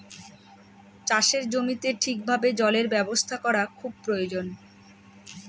চাষের জমিতে ঠিক ভাবে জলের ব্যবস্থা করা খুব প্রয়োজন